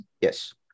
Yes